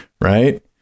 right